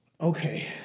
Okay